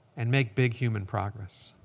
and make big human progress.